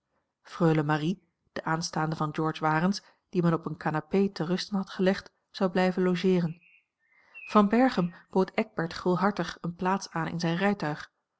freule marie de aanstaande van george warens die men op eene canapé te rusten had gelegd zou blijven logeeren van berchem bood eckbert gulhartig eene plaats aan in zijn rijtuig